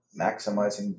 maximizing